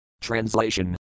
translation